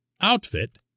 outfit